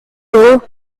through